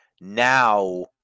Now